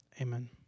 amen